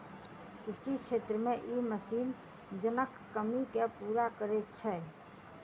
कृषि क्षेत्र मे ई मशीन जनक कमी के पूरा करैत छै